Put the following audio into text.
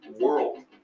world